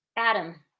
Adam